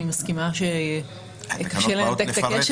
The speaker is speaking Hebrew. אני מסכימה שקשה לנתק את הקשר